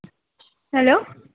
hello